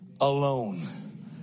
alone